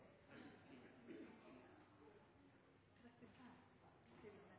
seg til de